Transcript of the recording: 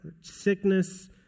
sickness